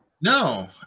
No